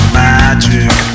magic